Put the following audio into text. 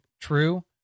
true